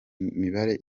mibare